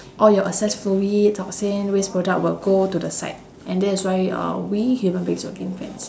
all your access fluid toxin waste product will go to the side and that is why uh we human beings will gain fats